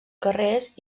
carrers